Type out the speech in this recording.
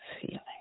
feeling